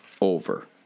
over